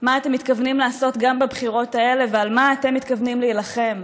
מה אתם מתכוונים לעשות גם בבחירות האלה ועל מה אתם מתכוונים להילחם.